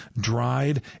dried